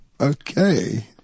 Okay